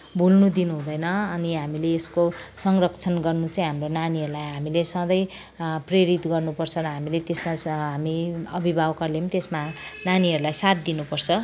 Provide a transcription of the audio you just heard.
भुल्नुदिनु हुँदैन अनि हामीले यसको संरक्षण गर्नु चाहिँ हाम्रो नानीहरूलाई हामीले सधैँ प्रेरित गर्नुपर्छ र हामीले त्यसमा चाहिँ हामी अभिभावकहरूले पनि त्यसमा नानीहरूलाई साथ दिनुपर्छ